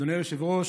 אדוני היושב-ראש,